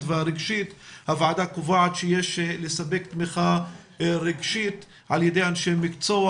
והרגשית הוועדה קובעת שיש לספק תמיכה רגשית על ידי אנשי מקצוע,